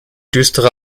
düstere